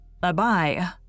Bye-bye